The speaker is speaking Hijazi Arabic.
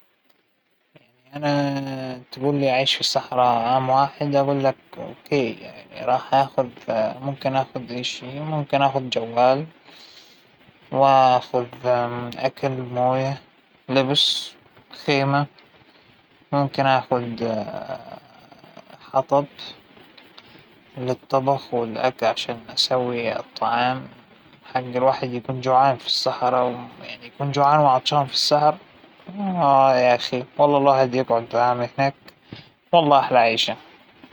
راح أخذ أكل شرب ملابس وكتب، ما أظن راح أحتاج الشى الخامس، إلا إلا بعد راح أخذ خيمة مشان أنام فيها بس، طبعاً الأكل الشرب الغذا تبعى الملابس، كتب بتسلينى طوال العام ما أبى شى ثانى.